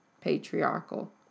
patriarchal